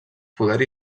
poder